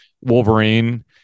wolverine